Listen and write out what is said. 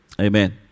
Amen